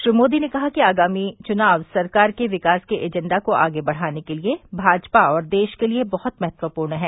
श्री मोदी ने कहा कि आगामी चुनाव सरकार के विकास के एजेंडा को आगे बढ़ाने के लिए भाजपा और देश के लिए बहत महत्वपूर्ण हैं